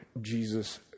Jesus